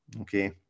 Okay